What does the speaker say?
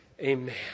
Amen